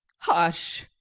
hush!